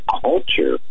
culture